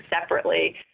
separately